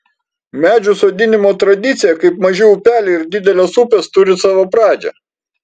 medžių sodinimo tradicija kaip maži upeliai ir didelės upės turi savo pradžią